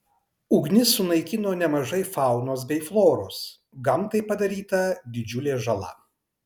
ugnis sunaikino nemažai faunos bei floros gamtai padaryta didžiulė žala